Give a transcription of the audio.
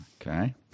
okay